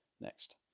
Next